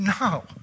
No